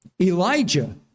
Elijah